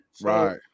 Right